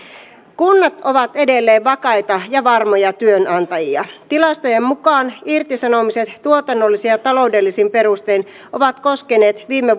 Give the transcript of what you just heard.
kunnat ovat edelleen vakaita ja varmoja työnantajia tilastojen mukaan irtisanomiset tuotannollisin ja taloudellisin perustein ovat koskeneet viime